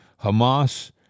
Hamas